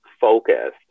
focused